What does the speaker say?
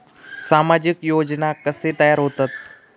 सामाजिक योजना कसे तयार होतत?